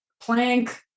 plank